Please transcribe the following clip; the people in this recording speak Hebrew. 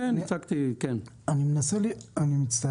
הנושא השני שאני רוצה להעלות כקושי.